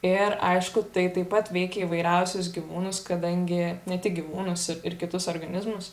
ir aišku tai taip pat veikia įvairiausius gyvūnus kadangi ne tik gyvūnus ir kitus organizmus